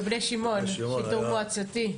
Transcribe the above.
בבני שמעון, שיטור מועצתי.